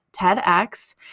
TEDx